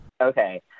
Okay